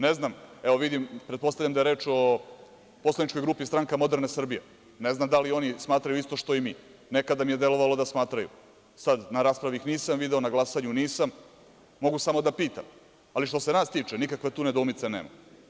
Ne znam, pretpostavljam da je reč o poslaničkoj grupi Stranka moderne Srbije, ne znam da li i oni smatraju isto što i mi, nekada mi je delovalo da smatraju, sad na raspravi ih nisam video, na glasanju nisam, mogu samo da pitam, ali što se nas tiče nikakvih tu nedoumica nema.